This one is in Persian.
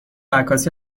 عکاسی